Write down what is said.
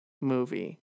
movie